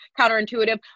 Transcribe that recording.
counterintuitive